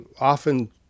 often